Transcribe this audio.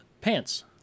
pants